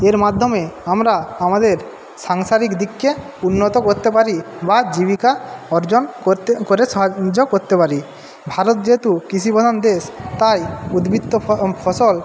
এর মাধ্যমে আমরা আমাদের সাংসারিক দিককে উন্নত করতে পারি বা জীবিকা অর্জন করতে করতে করে সাহায্য করতে পারি ভারত যেহেতু কৃষিপ্রধান দেশ তাই উদ্বৃত্ত ফসল